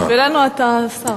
בשבילנו אתה שר